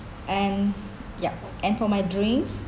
and yup and for my drinks